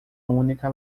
única